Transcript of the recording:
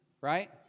right